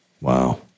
Wow